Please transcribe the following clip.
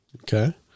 Okay